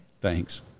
thanks